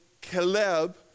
Caleb